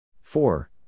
Four